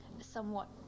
somewhat